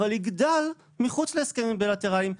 אבל יגדל מחוץ להסכמים הבילטרליים,